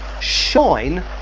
shine